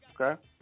Okay